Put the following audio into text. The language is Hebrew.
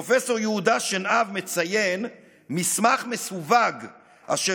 פרופ' יהודה שנהב ציין מסמך מסווג אשר